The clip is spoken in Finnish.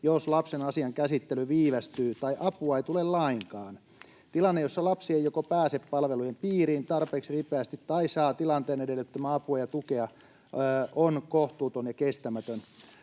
jos lapsen asian käsittely viivästyy tai apua ei tule lainkaan. Tilanne, jossa lapsi ei joko pääse palvelujen piiriin tarpeeksi ripeästi tai saa tilanteen edellyttämää apua ja tukea, on kohtuuton ja kestämätön.